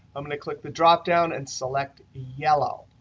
i'm going to click the dropdown and select yellow.